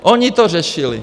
Oni to řešili.